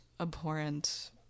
abhorrent